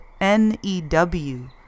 N-E-W